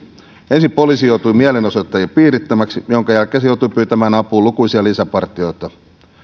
ensin poliisi joutui mielenosoittajien piirittämäksi minkä jälkeen se joutui pyytämään apuun lukuisia lisäpartioita